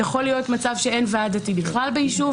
יכול להיות מצב שאין ועד דתי בכלל ביישוב.